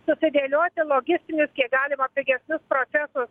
susidėlioti logistinius kiek galima pigesnius procesus